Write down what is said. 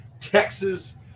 Texas